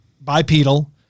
bipedal